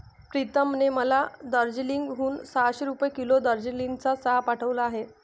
प्रीतमने मला दार्जिलिंग हून सहाशे रुपये किलो दार्जिलिंगचा चहा पाठवला आहे